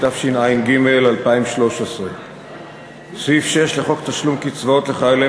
התשע"ג 2013. סעיף 6 לחוק תשלום קצבאות לחיילי